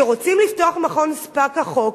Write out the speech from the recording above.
שרוצים לפתוח מכון ספא כחוק,